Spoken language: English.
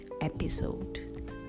episode